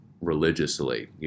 religiously